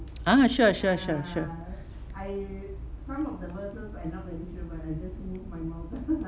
ah sure sure sure sure